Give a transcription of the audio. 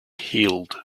healed